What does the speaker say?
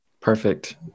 Perfect